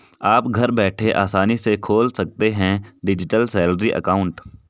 आप घर बैठे आसानी से खोल सकते हैं डिजिटल सैलरी अकाउंट